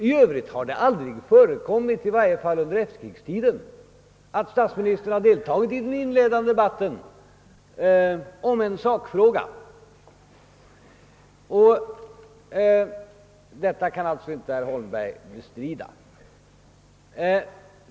I övrigt har det aldrig förekommit, åtminstone inte under efterkrigstiden, att statsministern deltagit i den inledande debatten om en sakfråga. Detta kan heller inte herr Holmberg bestrida.